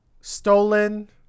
Stolen